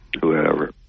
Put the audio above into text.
whoever